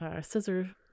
scissor